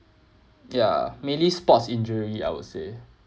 ya mainly sports injury I would say